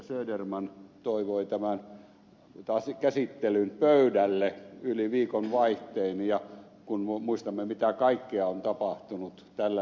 söderman toivoi tämän käsittelyn pöydälle yli viikonvaihteen ja kun muistamme mitä kaikkea on tapahtunut tällä viikolla huipentuen luottamuslauseäänestykseen